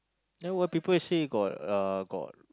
they why people say got uh got